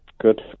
good